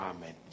Amen